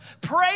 Pray